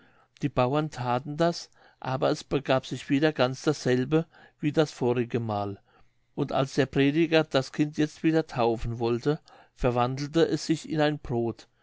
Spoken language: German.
die bauern thaten das aber es begab sich wieder ganz dasselbe wie das vorige mal und als der prediger das kind jetzt wieder taufen wollte verwandelte es sich in ein brod